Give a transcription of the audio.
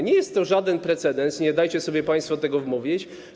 Nie jest to żaden precedens, nie dajcie sobie państwo tego wmówić.